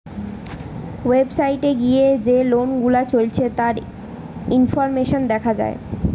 website এ গিয়ে যে লোন গুলা চলছে তার ইনফরমেশন দেখা যায়